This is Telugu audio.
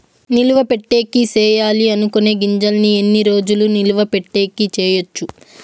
నిలువ పెట్టేకి సేయాలి అనుకునే గింజల్ని ఎన్ని రోజులు నిలువ పెట్టేకి చేయొచ్చు